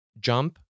jump